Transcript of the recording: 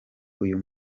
uyu